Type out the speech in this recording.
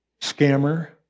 scammer